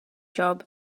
job